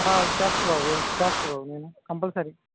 చేస్తాను బాబు చేస్తాను బాబు నేను కంపల్సరీ